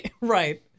Right